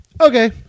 okay